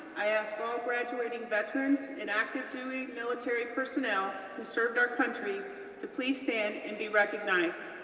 i ask all graduating veterans and active duty military personnel who served our country to please stand and be recognized.